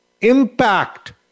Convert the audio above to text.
impact